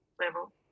level